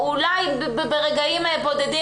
אולי ברגעים בודדים,